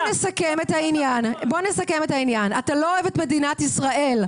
בוא נסכם את העניין אתה לא אוהב את מדינת ישראל,